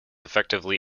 effectively